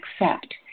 accept